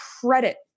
credit